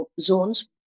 zones